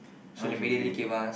okay kay